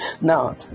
Now